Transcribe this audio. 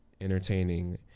entertaining